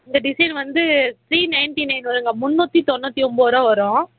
இந்த டிசைன் வந்து three ninety nine வரும் அக்கா முந்நூற்றி தொண்ணூற்றி ஒம்போதுருவா வரும்